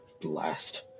blast